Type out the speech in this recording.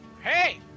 Hey